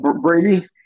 Brady